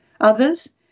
Others